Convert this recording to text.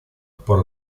por